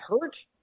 hurt